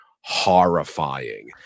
horrifying